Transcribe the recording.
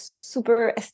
super